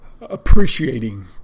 appreciating